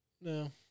No